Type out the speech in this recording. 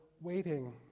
waiting